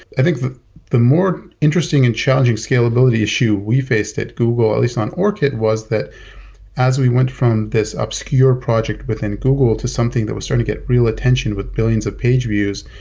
i think the the more interesting and challenging scalability issue we faced at google, at least on orkut, was that as we went from this obscure project within google to something that was starting to get real attention with billions of page views,